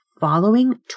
following